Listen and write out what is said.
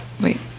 Wait